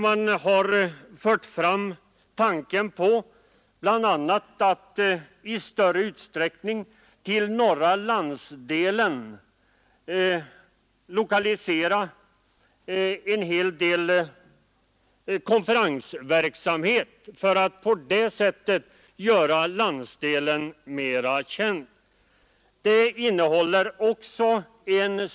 Vi har fört fram tanken på att i större utsträckning lokalisera konferensverksamhet till den norra landsdelen för att på det sättet göra landsdelen mera känd samtidigt som det är ett stöd till landsdelens näringsliv.